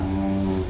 oh